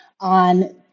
on